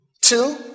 Two